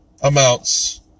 amounts